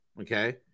Okay